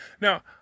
now